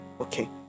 okay